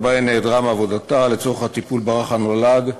שבהם נעדרה מעבודתה לצורך הטיפול ברך הנולד,